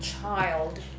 child